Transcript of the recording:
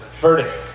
verdict